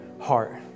heart